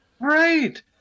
Right